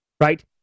right